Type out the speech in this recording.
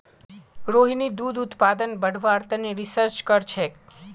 रोहिणी दूध उत्पादन बढ़व्वार तने रिसर्च करछेक